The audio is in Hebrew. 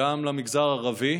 וגם למגזר הערבי